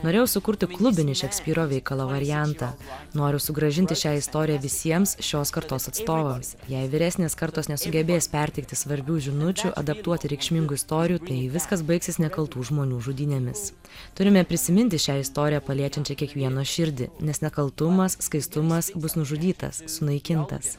norėjau sukurti klubinį šekspyro veikalo variantą noriu sugrąžinti šią istoriją visiems šios kartos atstovams jei vyresnės kartos nesugebės perteikti svarbių žinučių adaptuoti reikšmingų istorijų tai viskas baigsis nekaltų žmonių žudynėmis turime prisiminti šią istoriją paliečiančią kiekvieno širdį nes nekaltumas skaistumas bus nužudytas sunaikintas